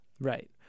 Right